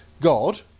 God